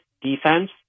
defense